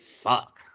fuck